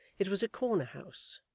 it was a corner house,